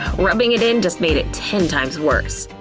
rubbing it in just made it ten times worse.